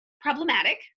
problematic